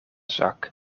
zak